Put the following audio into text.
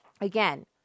Again